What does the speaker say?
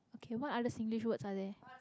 okay what other singlish words are there